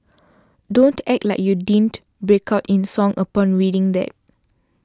don't act like you didn't break out in song upon reading that